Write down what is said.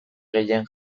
gehien